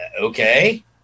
Okay